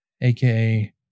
aka